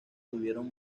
tuvieron